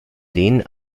denen